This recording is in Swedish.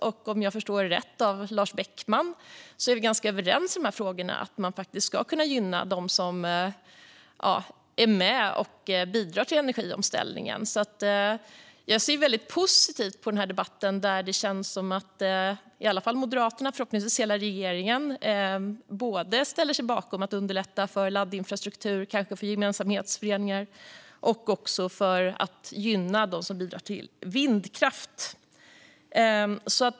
Om jag förstår Lars Beckman rätt är vi ganska överens i de här frågorna: Man ska faktiskt kunna gynna dem som är med och bidrar till energiomställningen. Jag ser väldigt positivt på debatten, där det känns som att i alla fall Moderaterna, och förhoppningsvis hela regeringen, ställer sig bakom både att underlätta för laddinfrastruktur för gemensamhetsföreningar och att gynna dem som bidrar till vindkraft.